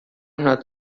not